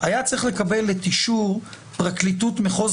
היה צריך לקבל את אישור פרקליטות מחוז